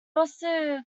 also